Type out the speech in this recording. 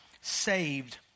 saved